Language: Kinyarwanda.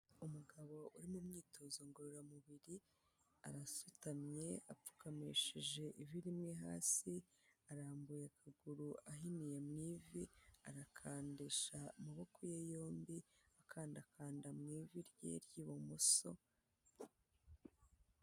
Umugabo uri mu myitozo ngororamubiri arasutamye apfukamishije ivi rimwe hasi, arambuye akaguru ahiniye mu ivi, arakandisha amaboko ye yombi akandakanda mu ivi rye ry'ibumoso...